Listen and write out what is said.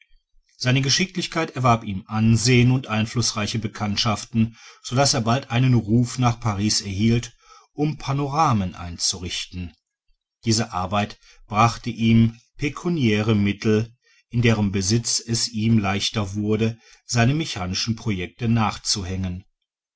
seine geschicklichkeit erwarb ihm ansehen und einflußreiche bekanntschaften so daß er bald einen ruf nach paris erhielt um panoramen einzurichten diese arbeit brachte ihm pecuniäre mittel in derem besitze es ihm leichter wurde seinen mechanischen projekten nachzuhängen